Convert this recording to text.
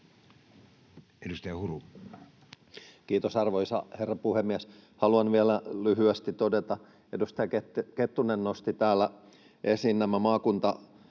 Content: Kiitos, arvoisa herra puhemies! Haluan vielä lyhyesti todeta: Edustaja Kettunen nosti täällä esiin maakuntalennot